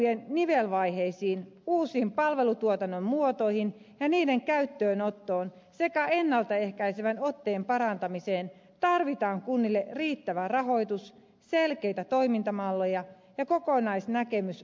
etenkin palvelujen nivelvaiheisiin uusiin palvelutuotannon muotoihin ja niiden käyttöönottoon sekä ennalta ehkäisevän otteen parantamiseen tarvitaan kunnille riittävä rahoitus selkeitä toimintamalleja ja kokonaisnäkemys palvelustrategioista